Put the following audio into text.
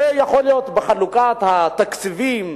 ויכול להיות בחלוקת התקציבים,